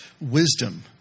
wisdom